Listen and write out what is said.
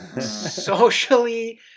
Socially